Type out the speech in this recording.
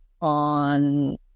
on